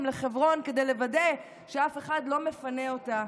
לחברון כדי לוודא שאף אחד לא מפנה אותה.